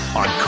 on